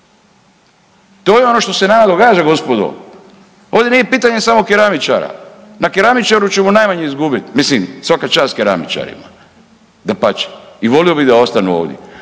To je ono što se nama događa gospodo. Ovdje nije pitanje samo keramičara. Na keramičaru ćemo najmanje izgubiti, mislim svaka čast keramičarima, dapače i volio bi da ostanu ovdje